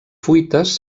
fuites